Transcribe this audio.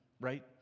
right